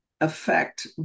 affect